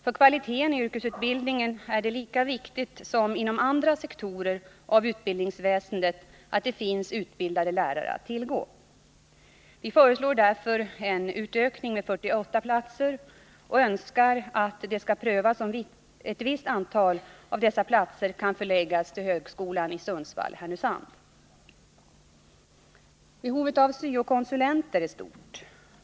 För kvaliteten i yrkesutbildningen är det lika viktigt som inom andra sektorer av utbildningsväsendet att det finns utbildade lärare att tillgå. Vi föreslår därför en utökning med 48 platser och önskar att det skall prövas om ett visst antal av dessa platser kan förläggas till högskolan i Sundsvall/ Härnösand. Behovet av syo-konsulenter är stort.